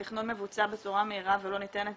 התכנון מבוצע בצורה מהירה ולא ניתנת